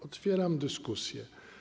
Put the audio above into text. Otwieram dyskusję.